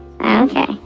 okay